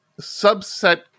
subset